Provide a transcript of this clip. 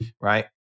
right